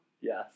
Yes